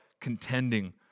contending